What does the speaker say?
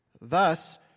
Thus